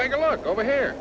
take a look over here